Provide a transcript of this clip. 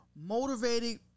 motivated